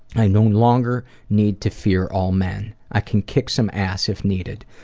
i no longer need to fear all men, i can kick some ass if needed.